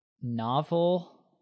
novel